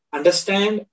Understand